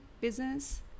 business